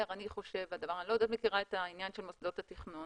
שהוא חושב אני לא מכירה את העניין של מוסדות התכנון